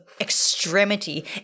extremity